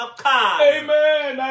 Amen